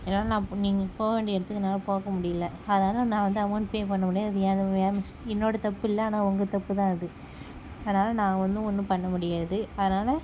என்னால் நான் இப்போ நீங்கள் போ வேண்டிய இடத்துக்கு என்னால் போக முடியிலை அதனால நான் வந்து அமௌண்ட் பே பண்ண முடியாது அது என் என் மிஸ் என்னோட தப்பு இல்லை ஆனால் உங்கள் தப்பு தான் அது அதனால நான் வந்து ஒன்றும் பண்ண முடியாது அதனால